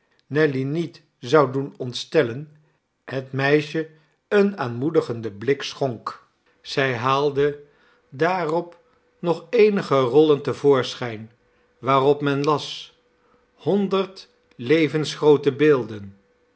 nelly niet zou doen ontstellen het meisje een aanmoedigenden blik schonk zij haalde daarop nog eenige rollen te voorschijn waarop men las honderd levensgroote beelden